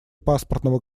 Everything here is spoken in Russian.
паспортного